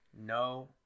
No